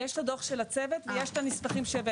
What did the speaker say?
יש את הדו"ח של הצוות ויש את המסמכים שהבאנו.